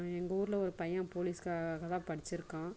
எங்கள் ஊரில் ஒரு பையன் போலீஸுக்காக தான் படிச்சிருக்கான்